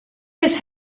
his